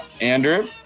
Andrew